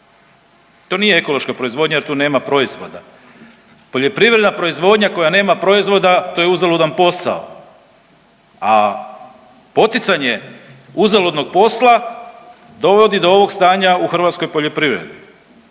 To nije ekološka proizvodnja jer tu nema proizvoda. Poljoprivredna proizvodnja koja nema proizvoda to je uzaludan posao, a poticanje uzaludnog posla dovodi do ovog stanja u hrvatskoj poljoprivredi